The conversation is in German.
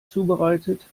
zubereitet